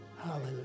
Hallelujah